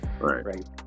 right